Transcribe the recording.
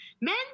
men